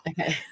Okay